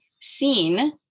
seen